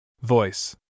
Voice